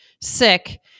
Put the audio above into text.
sick